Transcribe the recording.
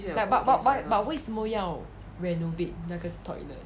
but but but 为什么要 renovate 那个 toilet cause it's really not nice lah